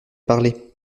parlé